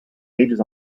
ages